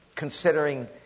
considering